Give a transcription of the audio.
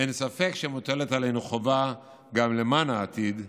אין ספק שמוטלת עלינו חובה, גם למען העתיד,